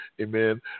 Amen